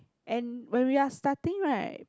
and when we are starting right